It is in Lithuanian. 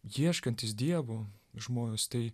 ieškantys dievo žmonės tai